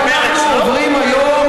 ומרצ לא?